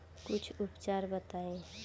कुछ उपचार बताई?